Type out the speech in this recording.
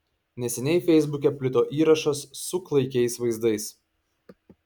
neseniai feisbuke plito įrašas su klaikiais vaizdais